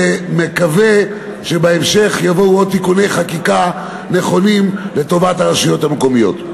ומקווה שבהמשך יבואו עוד תיקוני חקיקה נכונים לטובת הרשויות המקומיות.